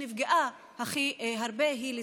שנפגעה הכי הרבה היא הנשים,